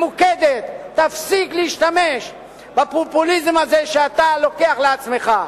תפסיק להשתמש בפופוליזם הזה שאתה לוקח לעצמך.